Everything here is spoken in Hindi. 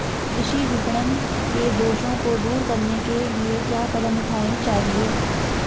कृषि विपणन के दोषों को दूर करने के लिए क्या कदम उठाने चाहिए?